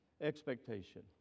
expectation